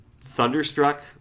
Thunderstruck